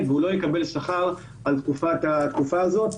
והוא לא יקבל שכר על התקופה הזאת.